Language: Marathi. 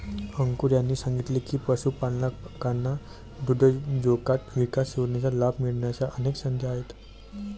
अंकुर यांनी सांगितले की, पशुपालकांना दुग्धउद्योजकता विकास योजनेचा लाभ मिळण्याच्या अनेक संधी आहेत